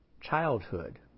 childhood